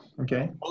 Okay